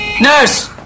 Nurse